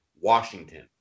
Washington